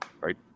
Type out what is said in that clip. Right